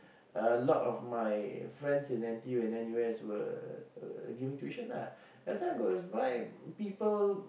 a lot of my friends in N_T_U and N_U_S were were giving tuitions lah that's why people